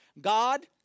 God